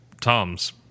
Tom's